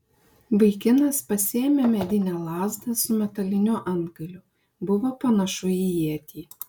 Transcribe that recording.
vaikinas pasiėmė medinę lazdą su metaliniu antgaliu buvo panašu į ietį